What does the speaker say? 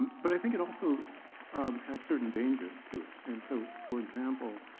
but i think it also has certain dangers to it. and so for example,